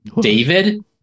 David